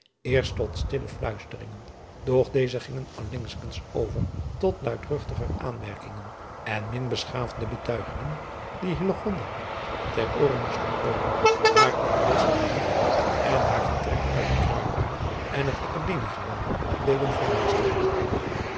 eerst tot stille fluisteringen doch deze gingen allengskens over tot luidruchtiger aanmerkingen en min beschaafde betuigingen die driaan oosjes zn et leven van illegonda uisman ter ooren moesten komen haar een blos aanjoegen en haar vertrek uit den ruidtuin en het kademie gebouw deden